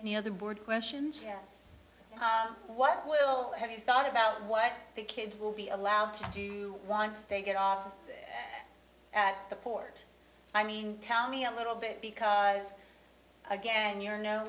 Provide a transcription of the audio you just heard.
any of the board questions what will have you thought about what the kids will be allowed to do you want they get off at the port i mean tell me a little bit because again you're no